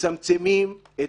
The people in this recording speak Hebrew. מצמצמים את